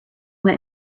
went